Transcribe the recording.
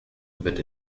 wird